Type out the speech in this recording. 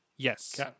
Yes